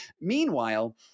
Meanwhile